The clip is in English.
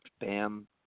Bam